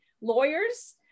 lawyers